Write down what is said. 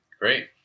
Great